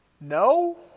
no